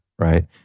right